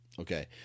Okay